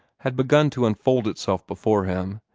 had begun to unfold itself before him,